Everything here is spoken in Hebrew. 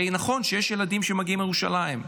נכון שיש ילדים שמגיעים לירושלים.